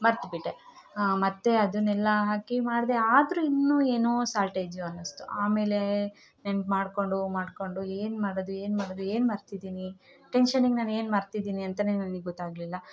ಮರೆತ್ಬಿಟ್ಟೆ ಮತ್ತು ಅದನ್ನೆಲ್ಲ ಹಾಕಿ ಮಾಡ್ದೆ ಆದ್ರು ಇನ್ನು ಏನೋ ಸಾಲ್ಟೇಜು ಅನ್ನಿಸ್ತು ಆಮೇಲೆ ನೆನ್ಪು ಮಾಡ್ಕೊಂಡು ಮಾಡ್ಕೊಂಡು ಏನುಮಾಡೋದು ಏನುಮಾಡೋದು ಏನು ಮರೆತಿದ್ದಿನಿ ಟೆಂಕ್ಷನಿಗೆ ನಾನು ಏನು ಮರೆತಿದ್ದಿನಿ ಅಂತಾ ನನಗೆ ಗೊತ್ತಾಗಲಿಲ್ಲ